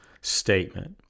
statement